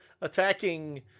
attacking